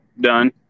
done